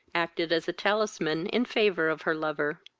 acted as a talisman in favour of her lover.